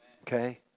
Okay